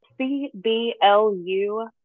CBLU